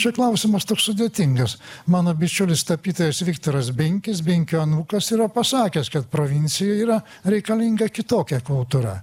šiaip klausimas toks sudėtingas mano bičiulis tapytojas viktoras binkis binkio anūkas yra pasakęs kad provincijoj yra reikalinga kitokia kultūra